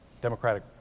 Democratic